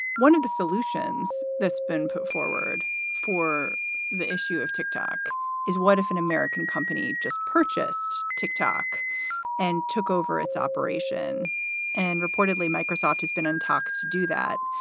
one of the solutions that's been put forward for the issue of tick-tock is what if an american company just purchased tic-tac and took over its operation and reportedly microsoft has been in talks to do that.